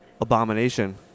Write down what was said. Abomination